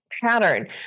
pattern